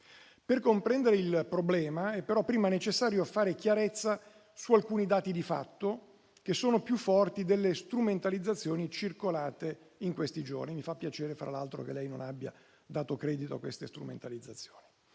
Per comprendere il problema è però prima necessario fare chiarezza su alcuni dati di fatto che sono più forti delle strumentalizzazioni circolate negli ultimi giorni. E mi fa piacere, fra l'altro, che lei non abbia dato credito a dette strumentalizzazioni.